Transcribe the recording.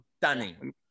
Stunning